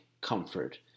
comfort